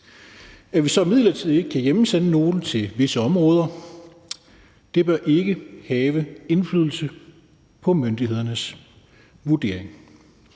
At vi så midlertidigt ikke kan hjemsende nogen til visse områder, bør ikke have indflydelse på myndighedernes vurdering.